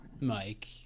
Mike